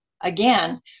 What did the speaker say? again